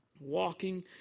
walking